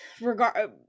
regard